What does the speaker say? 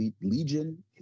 legion